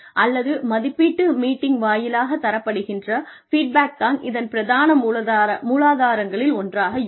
அல்லது மதிப்பீட்டு மீட்டிங் வாயிலாகத் தரப்படுகின்ற ஃபீட்பேக் தான் இதன் பிரதான மூலாதாரங்களில் ஒன்றாக இருக்கும்